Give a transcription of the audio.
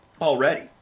Already